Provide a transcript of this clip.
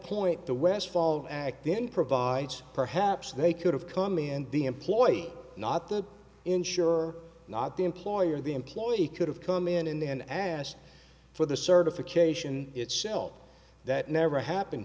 point the westfall act then provides perhaps they could have come in the employee not the insurer not the employer the employee could have come in and then asked for the certification itself that never happened